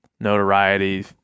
notoriety